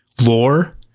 lore